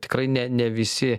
tikrai ne ne visi